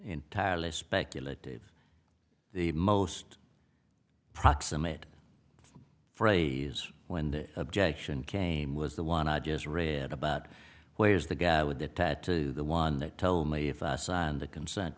entirely speculative the most proximate phrase when the objection came was the one i just read about where is the guy with the tattoo the one that told me if i signed a consent